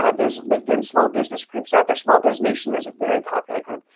ah there's linkedin small business groups out there. small business nation is a very popular group.